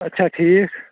اَچھا ٹھیٖک